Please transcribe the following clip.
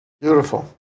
Beautiful